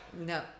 no